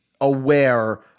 aware